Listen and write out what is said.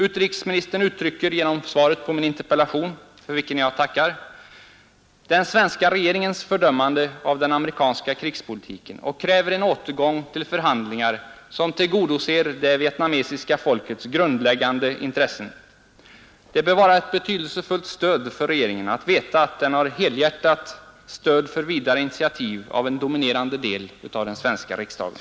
Utrikesministern uttrycker genom svaret på min interpellation, för vilket jag tackar, den svenska regeringens fördömande av den amerikanska krigspolitiken och kräver en återgång till förhandlingar som tillgodoser det vietnamesiska folkets grundläggande intressen. Det bör vara ett betydelsefullt stöd för regeringen att veta att den har helhjärtat stöd för vidare initiativ av en dominerande del av den svenska riksdagen.